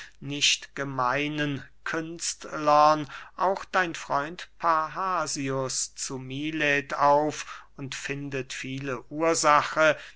nicht gemeinen künstlern auch dein freund parrhasius zu milet auf und findet viele ursache